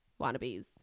Wannabes